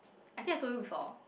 I think I told you before